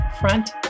Front